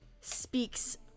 speaks